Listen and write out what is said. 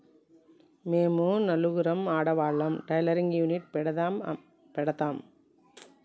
మేము నలుగురం ఆడవాళ్ళం టైలరింగ్ యూనిట్ పెడతం మాకు లోన్ దొర్కుతదా? అప్లికేషన్లను ఎట్ల అప్లయ్ చేయాలే?